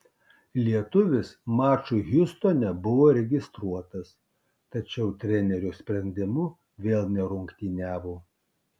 lietuvis mačui hjustone buvo registruotas tačiau trenerio sprendimu vėl nerungtyniavo